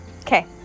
Okay